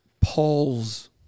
Paul's